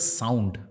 sound